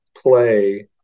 play